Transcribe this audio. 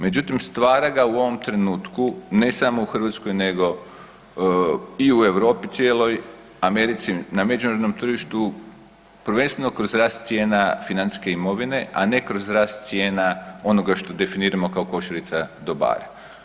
Međutim, stvara ga u ovom trenutku ne samo u Hrvatskoj nego i u Europi cijeloj, Americi, na međunarodnom tržištu, prvenstveno kroz rast cijena financijske imovine, a ne kroz rast cijena onoga što definiramo kao košarica dobara.